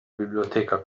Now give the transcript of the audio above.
biblioteca